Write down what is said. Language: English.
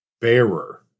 bearer